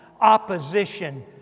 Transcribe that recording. opposition